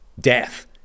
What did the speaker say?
death